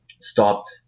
stopped